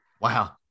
Wow